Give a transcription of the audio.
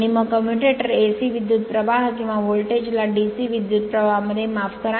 आणि मग commutator AC विद्युत प्रवाह किंवा व्होल्टेज ला DC विद्युत प्रवाहमध्ये माफ करा